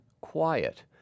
Quiet